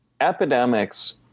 epidemics